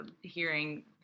hearing